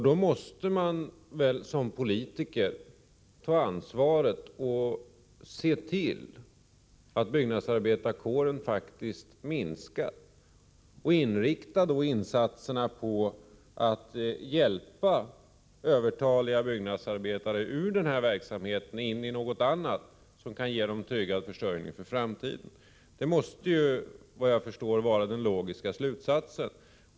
Då måste man väl som politiker ta sitt ansvar och se till att byggnadsarbetarkåren faktiskt minskar och inrikta insatserna på att hjälpa övertaliga byggnadsarbetare ur denna verksamhet och in i något annat, som kan ge dem tryggad försörjning för framtiden. Efter vad jag förstår måste detta vara den logiska slutsatsen.